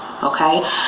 okay